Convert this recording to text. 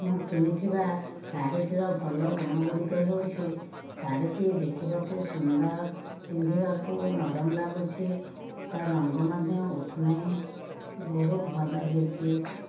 ମୁଁ କିଣି ଥିବା ଶାଢ଼ୀଟିର ଭଲ ଗୁଣ ଗୁଡ଼ିକ ହେଉଛି ଶାଢ଼ୀଟି ଦେଖିବାକୁ ସୁନ୍ଦର ପିନ୍ଧିବାକୁ ନରମ ଲାଗୁଛି ତା ରଙ୍ଗ ମଧ୍ୟ ଉଠୁନାହିଁ ବହୁତ ଭଲ ହୋଇଛି